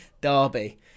derby